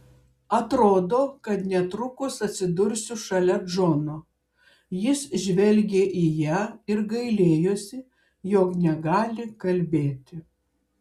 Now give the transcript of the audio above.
atrodo kad netrukus atsidursiu šalia džono jis žvelgė į ją ir gailėjosi jog negali kalbėti